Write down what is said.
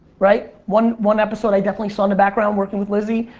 right? one one episode i definitely saw in the background working with lizzie,